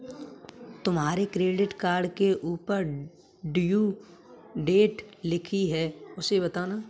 तुम्हारे credit card के ऊपर ड्यू डेट लिखी है उसे बताओ